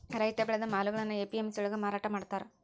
ರೈತ ಬೆಳೆದ ಮಾಲುಗಳ್ನಾ ಎ.ಪಿ.ಎಂ.ಸಿ ಯೊಳ್ಗ ಮಾರಾಟಮಾಡ್ತಾರ್